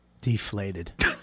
deflated